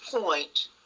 point